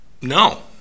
No